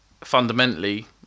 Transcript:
fundamentally